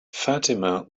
fatima